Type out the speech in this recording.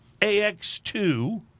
AX2